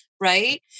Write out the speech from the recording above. Right